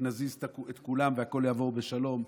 נזיז את כולם והכול יעבור בשלום.